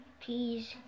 please